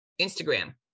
Instagram